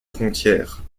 frontières